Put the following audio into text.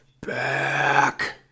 back